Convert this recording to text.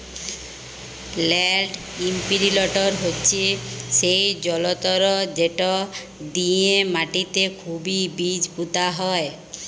land ইমপিরিলটর হছে সেই জলতর্ যেট দিঁয়ে মাটিতে খুবই বীজ পুঁতা হয়